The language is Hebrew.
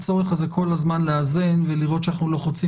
הצורך הזה כל הזמן לאזן ולראות שאנחנו לא חוצים